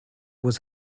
was